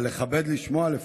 אבל לכבד, לשמוע לפחות.